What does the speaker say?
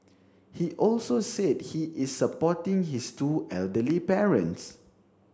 he also said he is supporting his two elderly parents